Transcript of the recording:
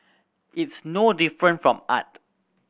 it's no different from art